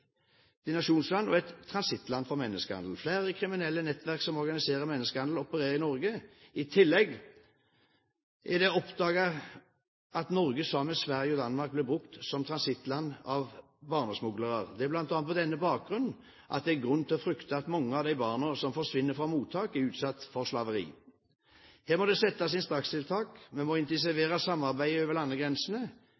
og et transittland for menneskehandel. Flere kriminelle nettverk som organiserer menneskehandel, opererer i Norge. I tillegg er det oppdaget at Norge sammen med Sverige og Danmark blir brukt som transittland av barnesmuglere. Det er bl.a. på denne bakgrunn det er grunn til å frykte at mange av de barna som forsvinner fra mottak, er utsatt for slaveri. Her må det settes inn strakstiltak. Vi må